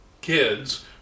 kids